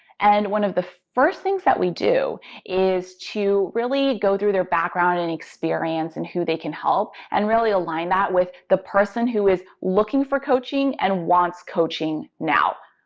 and one of the first things that we do is to really go through their background and experience and who they can help, and really align that with the person who is looking for coaching and wants coaching now,